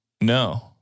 No